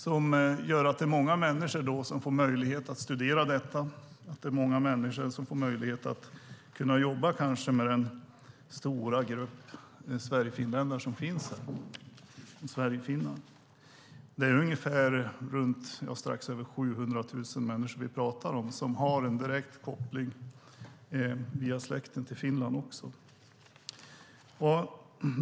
Detta gör att många människor får möjlighet att studera språket och att många människor kanske får möjlighet att jobba med den stora grupp sverigefinnar som finns här. Det är strax över 700 000 människor som har en direkt koppling via släkten till Finland.